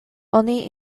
oni